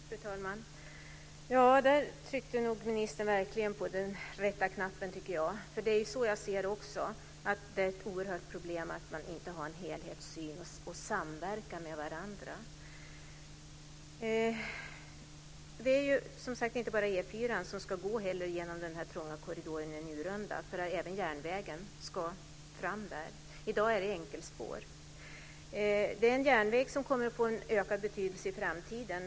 Fru talman! Där tryckte ministern verkligen på den rätta knappen, tycker jag. Det är så jag ser det också. Det är ett oerhört problem att man inte har en helhetssyn och samverkar med varandra. Det är som sagt inte bara E 4:an som ska gå genom den trånga korridoren i Njurunda. Även järnvägen ska fram där. I dag är det enkelspår. Det är en järnväg som kommer att få en ökad betydelse i framtiden.